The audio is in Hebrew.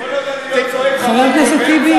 כל עוד אני לא צועק ברמקול באמצע הלילה,